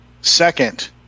Second